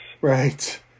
Right